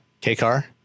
K-Car